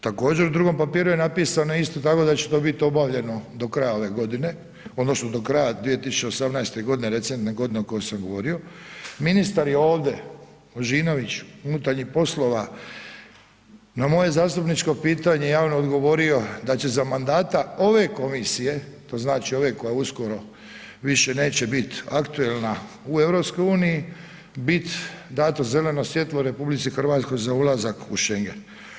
Također, u drugom papiru je napisano isto tako da će to biti obavljeno do kraja ove godine, odnosno do kraja 2018. g., recentne godine o kojoj sam govorio, ministar je ovdje, Božinović, unutarnjih poslova, na moje zastupničko pitanje javno odgovorio da će za mandata ove komisije, to znači ove koja uskoro više neće biti aktualna u EU, bit dato zeleno svjetlo RH za ulazak u Schengen.